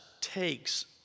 takes